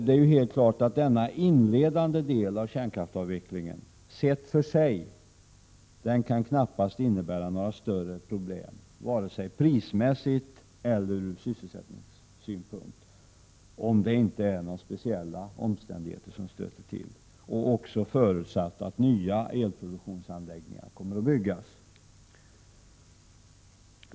Det är helt klart att denna inledande del av kärnkraftsavvecklingen sedd för sig knappast kan innebära några större problem, varken prismässigt eller ur sysselsättningssynpunkt, om inte speciella omständigheter stöter till och : förutsatt att nya elproduktionsanläggningar kommer att byggas.